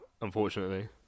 unfortunately